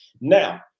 now